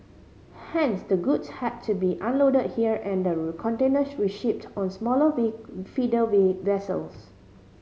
hence the goods had to be unload here and the containers reshipped on smaller feeder V vessels